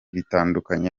bitandukanye